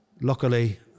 Luckily